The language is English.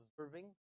observing